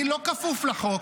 אני לא כפוף לחוק,